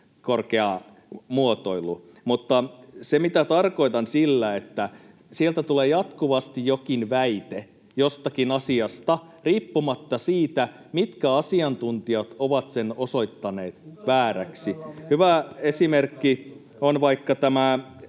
korkea muotoilu. Mutta se, mitä tarkoitan sillä: sieltä tulee jatkuvasti jokin väite jostakin asiasta riippumatta siitä, mitkä asiantuntijat ovat sen osoittaneet vääräksi. [Ilmari Nurmisen välihuuto]